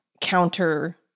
counter